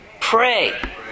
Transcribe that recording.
Pray